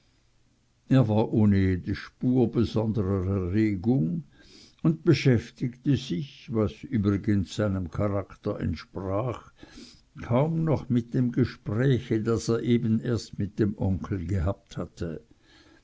er war ohne jede spur besonderer erregung und beschäftigte sich was übrigens seinem charakter entsprach kaum noch mit dem gespräche das er eben erst mit dem onkel gehabt hatte